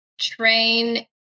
train